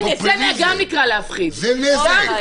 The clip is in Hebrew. זה נזק.